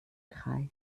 kreist